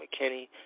McKinney